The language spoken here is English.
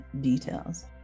details